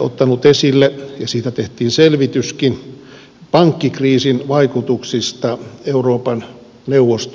ottanut esille ja siitä tehtiin selvityskin pankkikriisin vaikutukset euroopan neuvoston jäsenmaihin